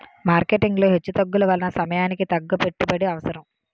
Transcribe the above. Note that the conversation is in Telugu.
మార్కెటింగ్ లో హెచ్చుతగ్గుల వలన సమయానికి తగ్గ పెట్టుబడి అవసరం